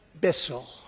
Bissell